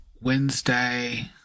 wednesday